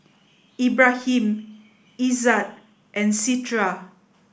Ibrahim Izzat and Citra